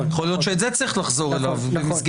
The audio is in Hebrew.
יכול להיות שצריך לחזור אל זה.